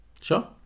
Sure